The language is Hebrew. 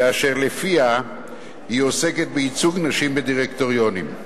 ואשר לפיה היא עוסקת בייצוג נשים בדירקטוריונים.